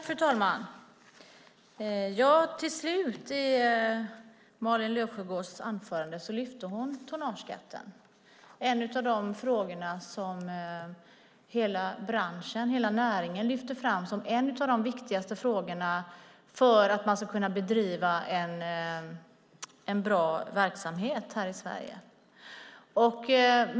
Fru talman! Ja, till slut lyfte Malin Löfsjögård fram tonnageskatten i sitt anförande. Det är en fråga som hela branschen och hela näringen lyfter fram som en av de viktigaste frågorna för att man ska kunna bedriva en bra verksamhet här i Sverige.